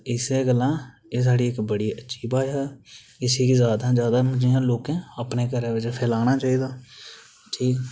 ते एह् साढ़ी इक्क अच्छी भाशा ऐ इसी गै इं'या लोकें जादै कोला जादै फैलाना चाहिदा ठीक